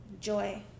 joy